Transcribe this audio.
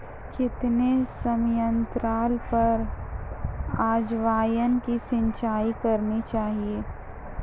कितने समयांतराल पर अजवायन की सिंचाई करनी चाहिए?